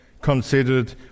considered